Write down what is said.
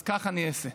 אז כך אני אעשה.